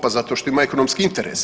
Pa zato što ima ekonomski interes.